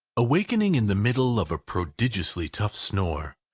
awaking in the middle of a prodigiously tough snore,